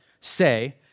say